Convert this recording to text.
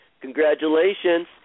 Congratulations